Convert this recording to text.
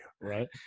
Right